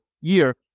year